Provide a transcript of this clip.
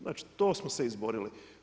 Znači to smo se izborili.